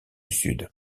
sud